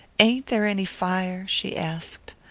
ain't there any fire? she asked.